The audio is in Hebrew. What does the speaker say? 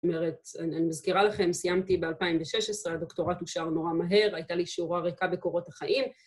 ‫זאת אומרת, אני מזכירה לכם, ‫סיימתי ב-2016, ‫הדוקטורט אושר נורא מהר, ‫הייתה לי שורה ריקה בקורות החיים.